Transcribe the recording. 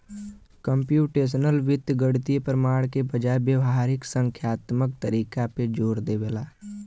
computational वित्त गणितीय प्रमाण के बजाय व्यावहारिक संख्यात्मक तरीका पे जोर देवला